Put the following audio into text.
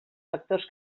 factors